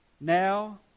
Now